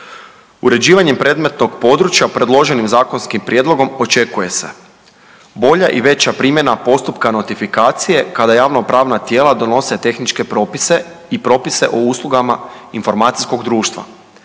Uređivanjem predmetnog područja predloženim zakonskim prijedlogom očekuje se bolja i veća primjena postupka notifikacije kada javnopravna tijela donose tehničke propise i propise o uslugama informacijskog društva